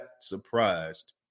surprised